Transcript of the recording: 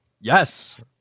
Yes